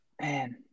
Man